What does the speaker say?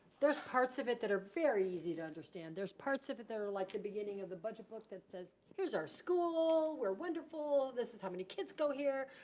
there's parts of it that are very easy to understand. there's parts of it that are like the beginning of the budget book that says, here's our school. we're wonderful. this is how many kids go here.